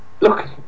look